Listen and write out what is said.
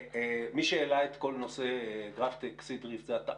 מי שהעלה את כל נושא "גרפטק-סידריפט" זה אתה.